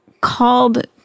called